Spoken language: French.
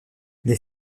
les